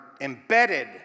embedded